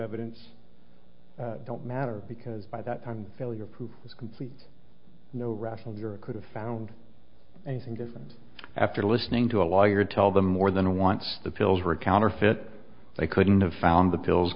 evidence don't matter because by that time failure proof was complete no rational europe could have found anything different after listening to a lawyer tell them more than once the pills were a counterfeit they couldn't have found the pills